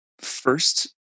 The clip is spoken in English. first